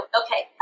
okay